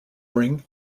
ring